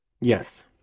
Yes